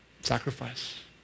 Sacrifice